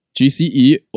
GCE